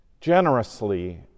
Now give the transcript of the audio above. generously